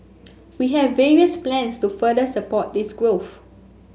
we have various plans to further support this growth